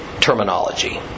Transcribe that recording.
terminology